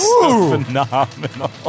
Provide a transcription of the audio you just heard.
Phenomenal